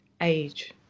age